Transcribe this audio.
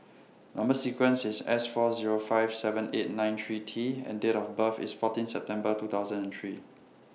Number sequence IS S four Zero five seven eight nine three T and Date of birth IS fourteen September two thousand and three